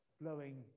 blowing